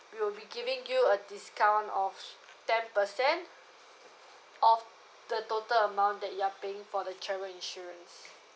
we'll be giving you a discount of ten percent off the total amount that you're paying for the travel insurance